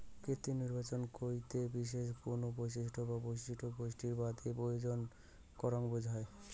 কৃত্রিম নির্বাচন কইতে বিশেষ কুনো বৈশিষ্ট্য বা বৈশিষ্ট্য গোষ্ঠীর বাদে প্রজনন করাক বুঝায়